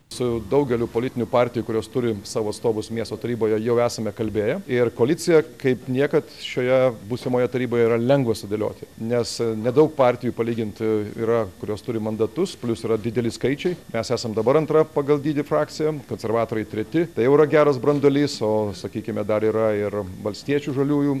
su daugeliu politinių partijų kurios turi savo atstovus miesto taryboje jau esame kalbėję ir koaliciją kaip niekad šioje būsimoje taryboje yra lengva sudėlioti nes nedaug partijų palyginti yra kurios turi mandatus plius yra dideli skaičiai mes esam dabar antra pagal dydį frakcija konservatoriai treti tai jau yra geras branduolys o sakykime dar yra ir valstiečių žaliųjų